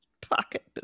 Pocket